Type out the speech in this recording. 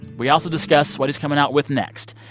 we also discuss what he's coming out with next.